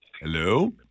Hello